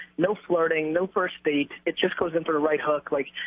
no flirting, no first date. it just goes in for the right hook like,